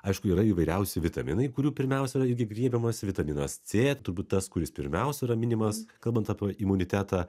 aišku yra įvairiausi vitaminai kurių pirmiausia yra irgi griebiamasi vitaminas c turbūt tas kuris pirmiausia yra minimas kalbant apie imunitetą